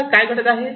सध्या काय घडत आहे